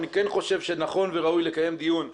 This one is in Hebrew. אני כן חושב שנכון וראוי לקיים דיון נפרד,